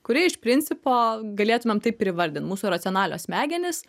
kuri iš principo galėtumėm taip ir įvardint mūsų racionalios smegenys